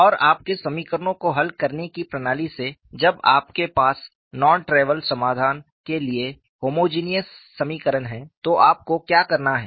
और आपके समीकरणों को हल करने की प्रणाली से जब आपके पास नॉन ट्रैवल समाधान के लिए होमोजिनियस समीकरण है तो आपको क्या करना है